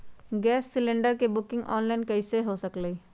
Gas cylinder के booking online कईसे हो सकलई ह?